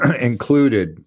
included